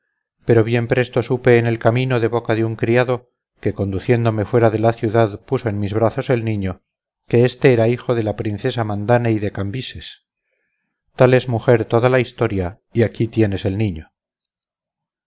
pero bien presto supe en el camino de boca de un criado que conduciéndome fuera de la ciudad puso en mis brazos el niño que éste era hijo de la princesa mandane y de cambises tal es mujer toda la historia y aquí tienes el niño